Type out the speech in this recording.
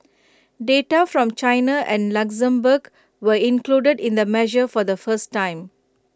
data from China and Luxembourg were included in the measure for the first time